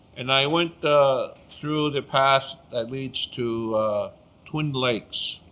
and i went through the path that leads to twin lakes.